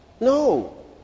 No